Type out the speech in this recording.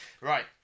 Right